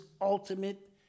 ultimate